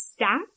stats